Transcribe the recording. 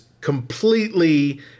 completely